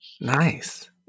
Nice